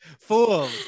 Fool